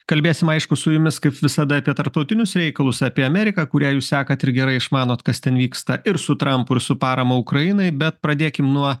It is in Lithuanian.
kalbėsim aišku su jumis kaip visada apie tarptautinius reikalus apie ameriką kurią jūs sekat ir gerai išmanot kas ten vyksta ir su trampu ir su parama ukrainai bet pradėkim nuo